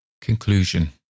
Conclusion